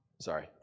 Sorry